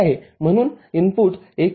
म्हणूनइनपुटवर १